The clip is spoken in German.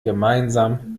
gemeinsam